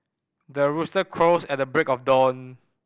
the rooster crows at the break of dawn